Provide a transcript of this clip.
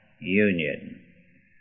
union